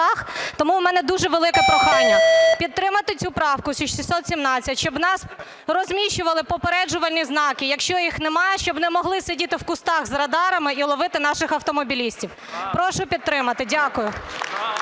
Тому в мене дуже вели ке прохання підтримати цю правку 617, щоб у нас розміщували попереджувальні знаки. Якщо їх немає, щоб не могли сидіти в кущах з радарами і ловити наших автомобілістів. Прошу підтримати. Дякую.